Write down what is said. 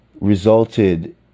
resulted